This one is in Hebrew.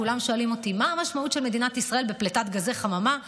כולם שואלים אותי: מה המשמעות של מדינת ישראל בפליטת גזי חממה לעולם?